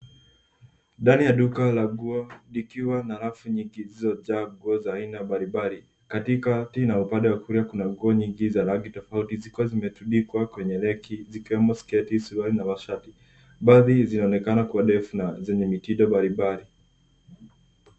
Ndani ya duka la nguo likiwa na rafu nyingi zilizojaa nguo za aina mbalimbali. Katikati na upande wa kulia kuna nguo nyingi za rangi tofauti zikiwa zimetundikwa kwenye reki zikiwemo sketi, suruali na mashati. Baadhi zinaonekana kuwa ndefu na zenye mitindo mbalimbali.